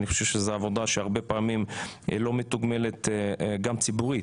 אני חושב שזו עבודה שהרבה פעמים לא מתוגמלת גם ציבורית,